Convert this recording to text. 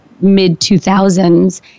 mid-2000s